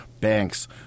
banks